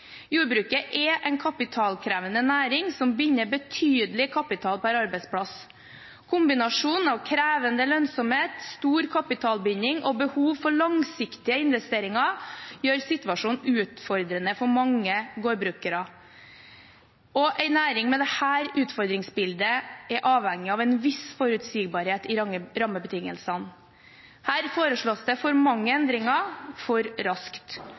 Jordbruket er en kapitalkrevende næring som binder betydelig kapital per arbeidsplass. Kombinasjonen av krevende lønnsomhet, stor kapitalbinding og behov for langsiktige investeringer gjør situasjonen utfordrende for mange gårdbrukere. En næring med dette utfordringsbildet er avhengig av en viss forutsigbarhet i rammebetingelsene. Her foreslås det for mange endringer for raskt.